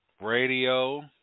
Radio